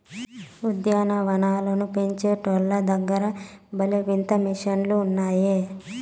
ఉద్యాన వనాలను పెంచేటోల్ల దగ్గర భలే వింత మిషన్లు ఉన్నాయే